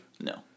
no